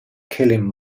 killing